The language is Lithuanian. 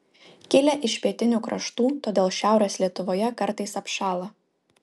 kilę iš pietinių kraštų todėl šiaurės lietuvoje kartais apšąla